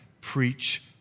preach